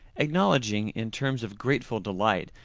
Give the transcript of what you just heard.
acknowledging, in terms of grateful delight,